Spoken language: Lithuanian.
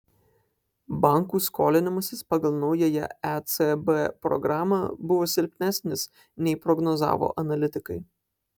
bankų skolinimasis pagal naująją ecb programą buvo silpnesnis nei prognozavo analitikai